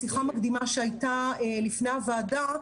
בשיחה מקדימה שהייתה לפני הוועדה,